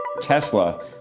Tesla